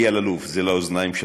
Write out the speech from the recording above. אלי אלאלוף, זה גם לאוזניים שלך,